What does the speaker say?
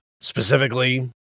specifically